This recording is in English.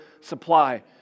supply